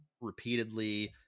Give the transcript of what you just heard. repeatedly